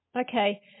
okay